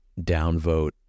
downvote